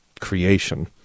creation